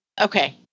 Okay